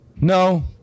no